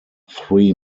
three